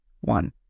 one